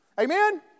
Amen